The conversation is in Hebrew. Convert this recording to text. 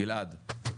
גלעד.